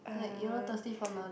uh